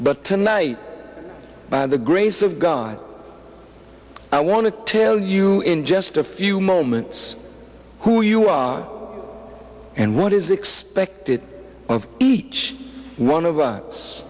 but tonight by the grace of god i want to tell you in just a few moments who you are and what is expected of each one of us